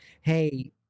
hey